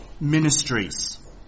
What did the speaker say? Ministries